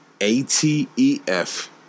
a-t-e-f